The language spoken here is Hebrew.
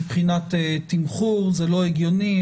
מבחינת תמחור זה לא הגיוני,